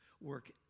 work